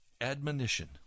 admonition